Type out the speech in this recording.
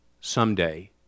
someday